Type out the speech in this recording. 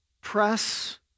press